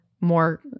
more